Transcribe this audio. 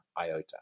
iota